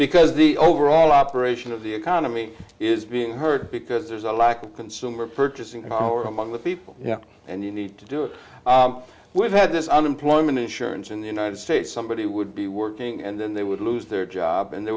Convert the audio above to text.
because the overall operation of the economy is being heard because there's a lack of consumer purchasing power among the people you know and you need to do it with had this unemployment insurance in the united states somebody would be working and then they would lose their job and they